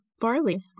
barley